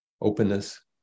Openness